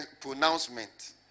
pronouncement